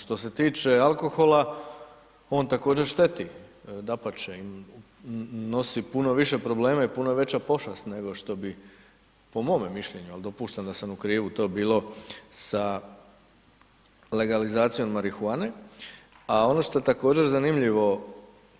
Što se tiče alkohola, on također šteti, dapače, nosi puno više probleme i puno je veća pošast nego što bi, po mome mišljenju, al dopuštam da sam u krivu, to bi bilo sa legalizacijom marihuane, a ono što je također zanimljivo,